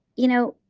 you know,